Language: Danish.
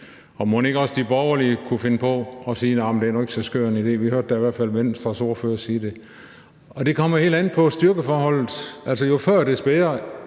Og mon ikke også de borgerlige kunne finde på at sige, at det nu ikke var så skør en idé – vi hørte da i hvert fald Venstres ordfører sige det. Og det kommer helt an på styrkeforholdet – altså, jo før, des bedre,